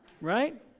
Right